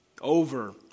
over